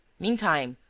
meantime,